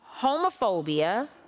homophobia